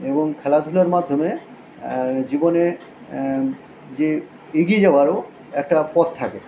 এবং খেলাধুলার মাধ্যমে জীবনে যে এগিয়ে যাবারও একটা পথ থাকে